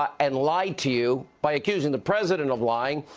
and lie to you by accusing the president of lying.